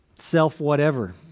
self-whatever